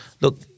Look